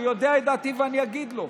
הוא יודע את דעתי ואני אגיד לו,